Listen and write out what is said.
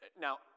Now